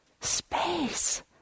Space